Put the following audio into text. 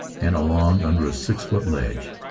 and along under a six-foot ledge,